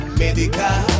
medical